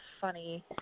funny